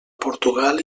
portugal